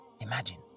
imagine